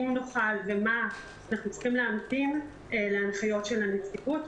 אם נוכל אנחנו צריכים להמתין להנחיות של הנציבות,